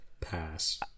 Pass